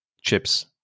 chips